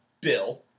Bill